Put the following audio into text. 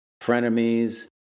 frenemies